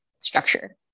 structure